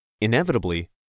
Inevitably